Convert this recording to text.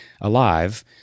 alive